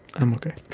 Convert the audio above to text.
i'm ok.